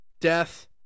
death